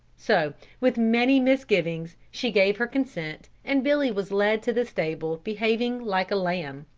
so with many misgivings she gave her consent, and billy was led to the stable behaving like a lamb.